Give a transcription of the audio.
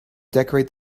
decorate